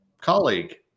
colleague